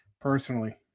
personally